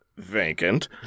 Vacant